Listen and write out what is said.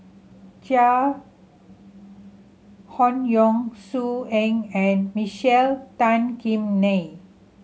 Chai Hon Yoong So Heng and Michael Tan Kim Nei